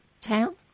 town